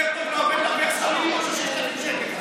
יותר טוב לעובד להרוויח שכר מינימום של 6,000 שקל,